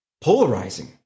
polarizing